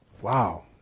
wow